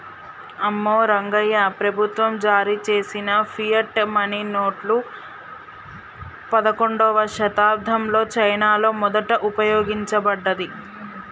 అమ్మో రంగాయ్యా, ప్రభుత్వం జారీ చేసిన ఫియట్ మనీ నోట్లు పదకండవ శతాబ్దంలో చైనాలో మొదట ఉపయోగించబడ్డాయి